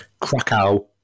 Krakow